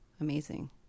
amazing